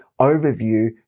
overview